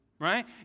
Right